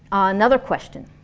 another question.